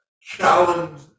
challenge